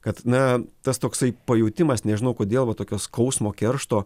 kad na tas toksai pajutimas nežinau kodėl va tokio skausmo keršto